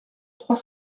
trois